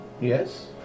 yes